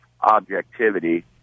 objectivity